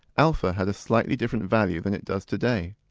alpha had a slightly different value than it does today.